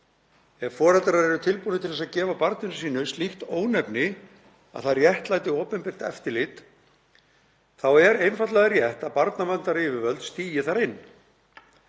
ef foreldrar eru tilbúnir til þess að gefa barni sínu slíkt ónefni að það réttlæti opinbert eftirlit —þá er einfaldlega rétt að barnaverndaryfirvöld stígi þar inn.